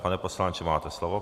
Pane poslanče, máte slovo.